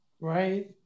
Right